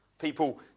People